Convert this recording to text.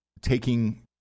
taking